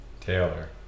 Taylor